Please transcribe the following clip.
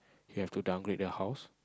he have to downgrade the house